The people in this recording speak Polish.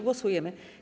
Głosujemy.